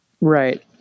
Right